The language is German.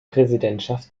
präsidentschaft